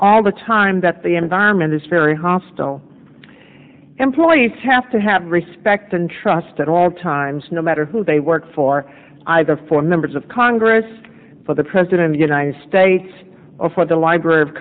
all the time that the environment is very hostile employees have to have respect and trust at all times no matter who they work for either for members of congress for the president of united states or for the library of